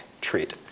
treat